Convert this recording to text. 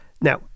Now